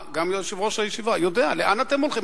גם יושב-ראש הישיבה יודע, לאן אתם הולכים?